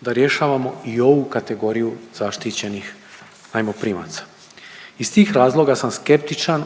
da rješavamo i ovu kategoriju zaštićenih najmoprimaca. Iz tog razloga sam skeptičan